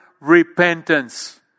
Repentance